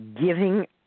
Giving